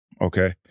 okay